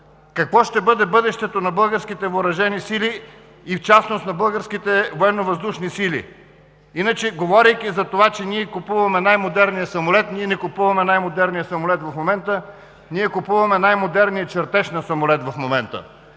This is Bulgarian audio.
какво ще бъде бъдещето на българските въоръжени сили, и в частност на българските Военновъздушни сили. Иначе, говорейки за това, че купуваме най-модерния самолет, ние не купуваме най-модерния самолет в момента. Ние купуваме най модерния чертеж на самолет в момента.